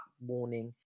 warning